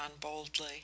boldly